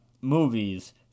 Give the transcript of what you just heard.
movie's